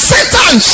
Satan